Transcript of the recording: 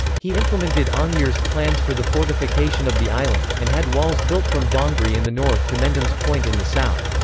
he implemented aungier's plans for the fortification of the island, and had walls built from dongri in the north to mendham's point in the south.